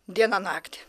dieną naktį